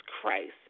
Christ